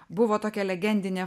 buvo tokia legendinė